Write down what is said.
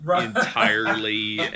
entirely